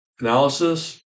analysis